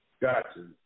Gotcha